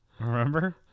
Remember